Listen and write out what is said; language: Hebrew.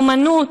אומנות.